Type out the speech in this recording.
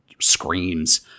screams